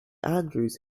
andrews